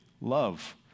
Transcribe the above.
Love